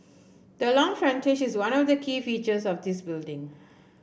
the long frontage is one of the key features of this building